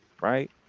Right